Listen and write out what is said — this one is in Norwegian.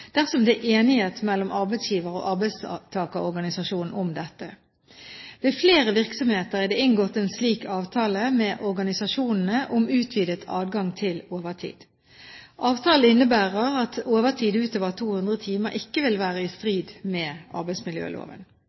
dersom det er enighet mellom arbeidsgiver og arbeidstakerorganisasjon om dette. Ved flere virksomheter er det inngått en slik avtale med organisasjonene om utvidet adgang til overtid. Avtalen innebærer at overtid utover 200 timer ikke vil være i strid med arbeidsmiljøloven.